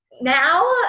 now